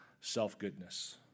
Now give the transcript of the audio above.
self-goodness